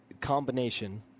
combination